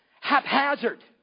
haphazard